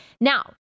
Now